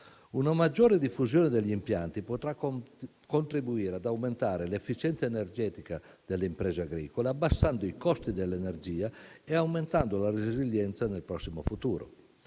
Una maggiore diffusione degli impianti potrà contribuire ad aumentare l'efficienza energetica delle imprese agricole, abbassando i costi dell'energia e aumentando la resilienza nel prossimo futuro.